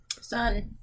son